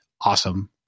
awesome